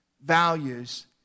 values